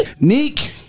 Neek